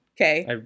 okay